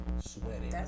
Sweaty